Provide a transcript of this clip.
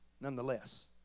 nonetheless